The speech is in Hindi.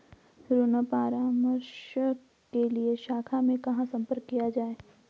ऋण परामर्श के लिए शाखा में कहाँ संपर्क किया जाए?